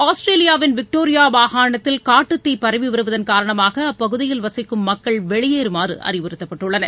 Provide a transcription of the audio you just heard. ஆஸ்திரேலியாவின் விக்டோரியாமாகாணத்தில் காட்டுத்தீபரவிவருவதன் காரணமாகஅப்பகுதியில் வசிக்கும் மக்கள் வெளியேறுமாறுஅறிவுறுத்தப்பட்டுள்ளனர்